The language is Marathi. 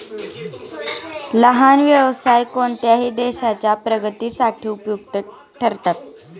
लहान व्यवसाय कोणत्याही देशाच्या प्रगतीसाठी उपयुक्त ठरतात